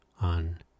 on